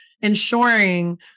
ensuring